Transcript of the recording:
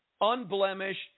unblemished